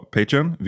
Patreon